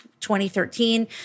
2013